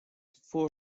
four